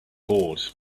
board